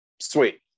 Sweet